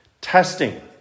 testing